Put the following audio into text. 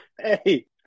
Hey